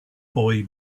boy